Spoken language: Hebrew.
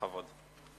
בכבוד.